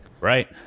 Right